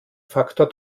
faktor